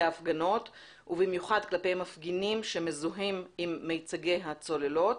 ההפגנות ובמיוחד כלפי מפגינים שמזוהים עם מיצגי הצוללות.